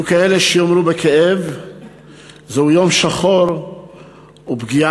יהיו כאלה שיאמרו בכאב שזהו יום שחור ופגיעה